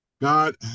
God